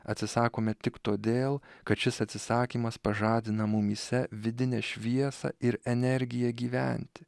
atsisakome tik todėl kad šis atsisakymas pažadina mumyse vidinę šviesą ir energiją gyventi